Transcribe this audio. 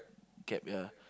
cab ya